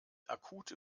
akute